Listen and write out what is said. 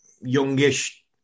youngish